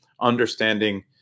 understanding